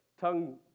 tongue